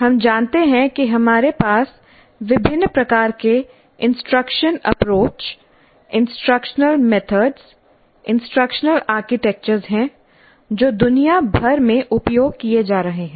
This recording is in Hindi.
हम जानते हैं कि हमारे पास विभिन्न प्रकार के instruction approach instructional method instructional architecture हैं जो दुनिया भर में उपयोग किए जा रहे हैं